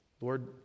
Lord